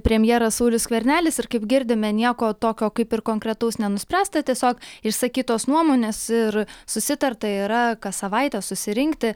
premjeras saulius skvernelis ir kaip girdime nieko tokio kaip ir konkretaus nenuspręsta tiesiog išsakytos nuomonės ir susitarta yra kas savaitę susirinkti